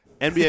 NBA